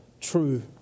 true